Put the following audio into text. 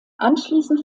anschließend